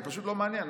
זה פשוט לא מעניין.